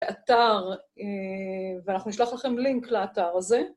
לאתר, ואנחנו נשלח לכם לינק לאתר הזה.